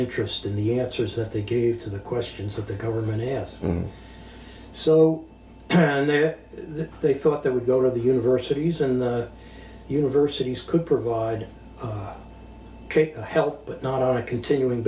interest in the answers that they gave to the questions of the government and so they thought that would go to the universities and universities could provide help but not on a continuing